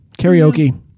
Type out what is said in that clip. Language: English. Karaoke